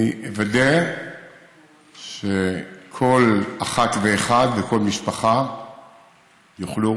אני אוודא שכל אחת ואחד בכל משפחה יוכלו